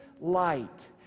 light